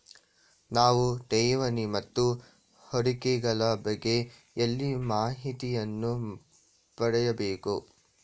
ನಾವು ಠೇವಣಿ ಮತ್ತು ಹೂಡಿಕೆ ಗಳ ಬಗ್ಗೆ ಎಲ್ಲಿ ಮಾಹಿತಿಯನ್ನು ಪಡೆಯಬೇಕು?